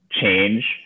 change